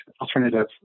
alternative